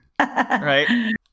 Right